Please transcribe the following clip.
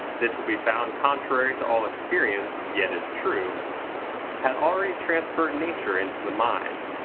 this will be found contrary to all experience, yet is true had already transferred nature into the mind,